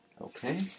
Okay